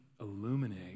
illuminate